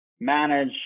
manage